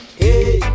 hey